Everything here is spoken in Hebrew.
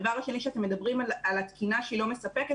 הדבר השני, שאתם מדברים על התקינה שהיא לא מספקת.